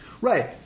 Right